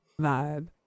vibe